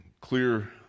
clear